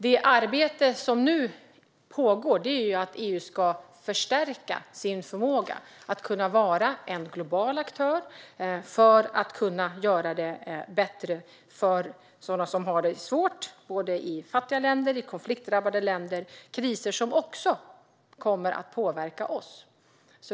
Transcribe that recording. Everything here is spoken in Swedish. Det arbete som nu pågår innebär att EU ska förstärka sin förmåga att vara en global aktör för att kunna göra det bättre för sådana som har det svårt både i fattiga länder och i konfliktdrabbade länder. Det är fråga om kriser som kommer att påverka även oss.